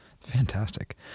fantastic